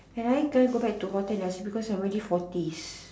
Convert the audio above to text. can I tell go to back hotel because I am already forties